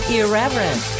Irreverent